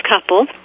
couple